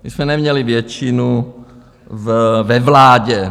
My jsme neměli většinu ve vládě.